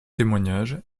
témoignages